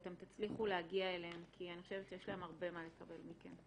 שאתם תצליחו להגיע אליהם כי אני חושבת שיש להם הרבה מה לקבל מכם.